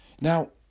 Now